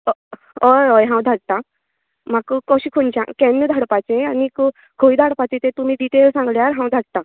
अ हय हय हांव धाडटा म्हाका कशें खंयच्यान केन्ना धाडपाचें आनी खंय धाडपाचे ते तुमी डिटेल सांगल्यार हांव धाडटा